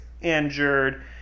injured